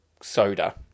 soda